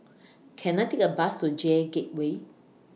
Can I Take A Bus to J Gateway